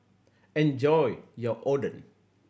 enjoy your Oden